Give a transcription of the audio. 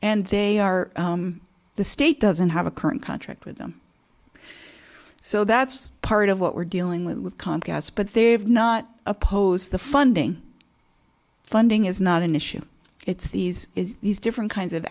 and they are the state doesn't have a current contract with them so that's part of what we're dealing with with comcast but they're not opposed the funding funding is not an issue it's these is these different kinds of